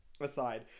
aside